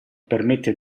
permette